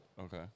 Okay